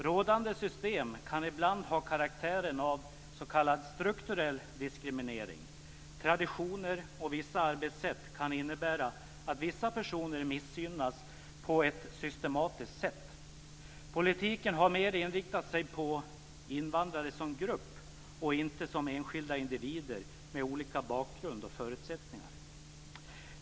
Rådande system kan ibland ha karaktären av s.k. strukturell diskriminering. Traditioner och vissa arbetssätt kan innebära att somliga personer missgynnas på ett systematiskt sätt. Politiken har mer inriktat sig på invandrare som grupp och inte som enskilda individer med olika bakgrund och förutsättningar.